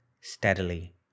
steadily